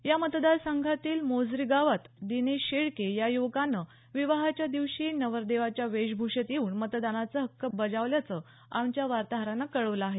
या मतदार संघातील मोझरी गावात दिनेश शेळके या युवकानं विवाहाच्यादिवशी नवरदेवाच्या वेशभूषेत येऊन मतदानाचा हक्क बजावल्याचं आमच्या वार्ताहरानं कळवलं आहे